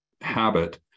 habit